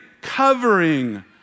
Covering